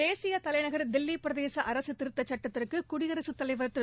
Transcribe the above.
தேசிய தலைநகர் தில்லி பிரதேச அரசு திருத்தச் சட்டத்திற்கு குடியரசுத்தலைவர் திரு